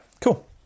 Cool